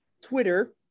Twitter